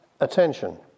attention